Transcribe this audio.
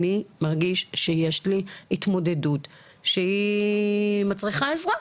אני מרגיש שיש לי התמודדות שהיא מצריכה עזרה,